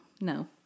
no